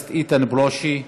הכנסת איתן ברושי,